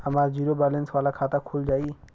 हमार zero balance वाला खाता खुल जाई?